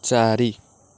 ଚାରି